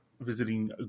visiting